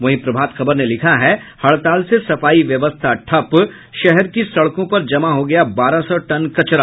वहीं प्रभात खबर ने लिखा है हड़ताल से सफाई व्यवस्था ठप शहर की सड़कों पर जमा हो गया बारह सौ टन कचरा